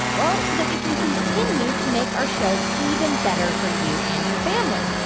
well, so that we can continue to make our show even better for you and your family.